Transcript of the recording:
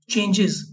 Changes